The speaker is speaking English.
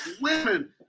women